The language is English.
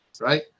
right